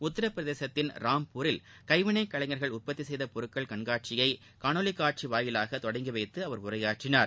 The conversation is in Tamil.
உத்திரபிரதேசத்தின் ராம்பூரில் கைவினை கலைஞர்கள் உற்பத்தி செய்த பொருட்கள் கண்காட்சியை முன்னதாக காணொலி காட்சி வாயிலாக தொடங்கி வைத்து அவர் உரையாற்றினார்